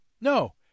No